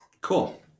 Cool